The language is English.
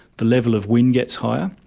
the level of wind gets higher,